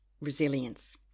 Resilience